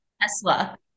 Tesla